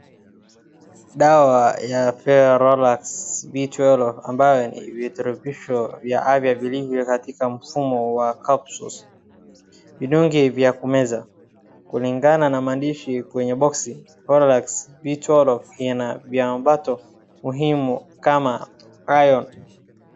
Dawa ya Ferrolax B twelve ambayo ni virutubisho vya afya vilivyo katika mfumo wa capsules vidonge vya kumeza kulingana na maandishi kwenye boksi Ferrolax B twelve ina viambato muhimu kama iron